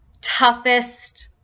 toughest